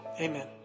Amen